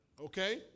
okay